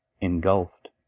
Engulfed